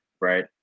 right